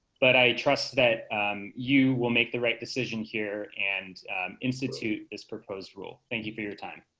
but i trust that you will make the right decision here and institute is proposed rule. thank you for your time.